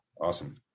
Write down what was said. awesome